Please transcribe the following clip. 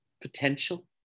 potential